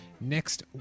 next